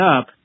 up